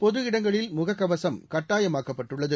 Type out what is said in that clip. பொது இடங்களில் முகக்கவசம் கட்டாயமாக்கப்பட்டுள்ளது